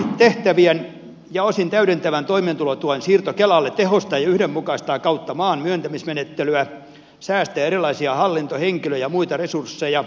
perustoimeentulotehtävien ja osin täydentävän toimeentulotuen siirto kelalle tehostaa ja yhdenmukaistaa kautta maan myöntämismenettelyä säästää erilaisia hallinto henkilö ja muita resursseja